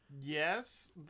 Yes